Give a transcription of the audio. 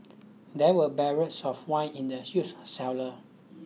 there were barrels of wine in the huge cellar